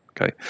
okay